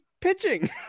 pitching